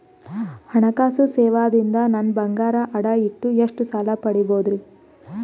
ಹಣಕಾಸು ಸೇವಾ ದಿಂದ ನನ್ ಬಂಗಾರ ಅಡಾ ಇಟ್ಟು ಎಷ್ಟ ಸಾಲ ಪಡಿಬೋದರಿ?